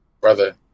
Brother